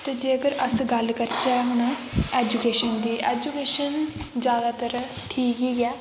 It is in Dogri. ते जेकर अस गल्ल करचै हून एजुकेशन दी एजुकेशन जादैतर ठीक ई ऐ